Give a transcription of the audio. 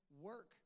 work